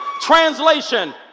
Translation